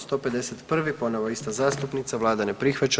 151. ponovo ista zastupnica, Vlada ne prihvaća.